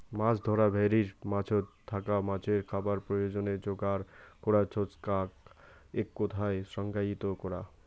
মাছ ধরা ভেরির মাঝোত থাকা মাছের খাবার প্রয়োজনে যোগার করার ছচকাক এককথায় সংজ্ঞায়িত করা